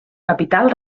capital